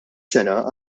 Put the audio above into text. sena